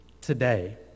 today